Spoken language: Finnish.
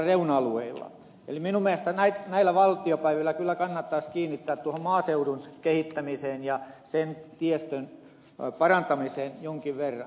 eli minun mielestäni näillä valtiopäivillä kyllä kannattaisi kiinnittää huomiota tuohon maaseudun kehittämiseen ja sen tiestön parantamiseen jonkin verran